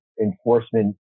enforcement